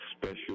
special